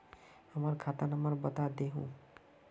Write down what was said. हमर खाता नंबर बता देहु?